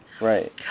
Right